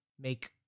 Make